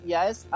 Yes